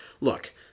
Look